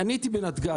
אני באתי מנתגז.